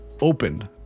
opened